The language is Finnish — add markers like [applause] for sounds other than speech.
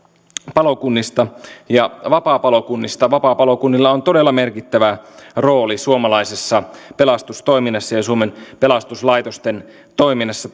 palokunnista ja vapaapalokunnista vapaapalokunnilla on todella merkittävä rooli suomalaisessa pelastustoiminnassa ja suomen pelastuslaitosten toiminnassa [unintelligible]